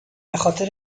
بخاطر